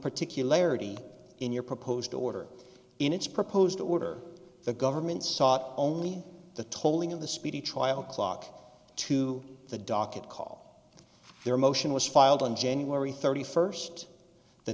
particularity in your proposed order in its proposed order the government sought only the tolling of the speedy trial clock to the docket call their motion was filed on january thirty first the